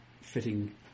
fitting